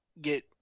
get